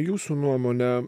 jūsų nuomone